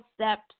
steps